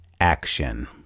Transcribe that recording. action